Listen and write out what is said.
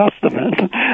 Testament